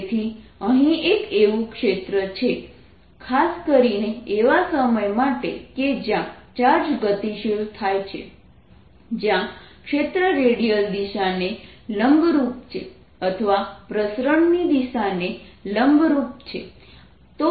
તેથી અહીં એક એવુ ક્ષેત્ર છે ખાસ કરીને એવા સમય માટે કે જયાં ચાર્જ ગતિશીલ થાય છે જયાં ક્ષેત્ર રેડિયલ દિશાને લંબરૂપ છે અથવા પ્રસરણની દિશાને લંબરૂપ છે